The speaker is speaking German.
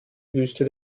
wüste